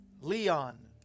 Leon